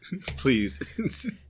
please